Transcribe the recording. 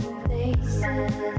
places